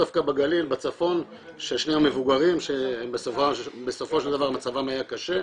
בגליל, בצפון, שני המבוגרים שמצבם היה קשה,